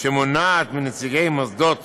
שמונעת מנציגי מוסדות